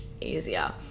easier